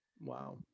wow